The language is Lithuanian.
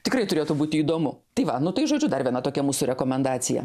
tikrai turėtų būti įdomu tai va nu tai žodžiu dar viena tokia mūsų rekomendacija